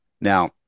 Now